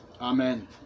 Amen